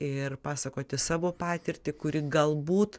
ir pasakoti savo patirtį kuri galbūt